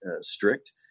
strict